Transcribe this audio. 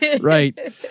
Right